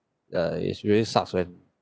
uh is really sucks when